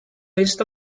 list